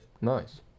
Nice